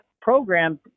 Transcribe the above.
program